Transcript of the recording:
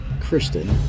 Kristen